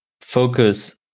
focus